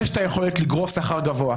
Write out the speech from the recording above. יש את היכולת לדרוש שכר גבוה.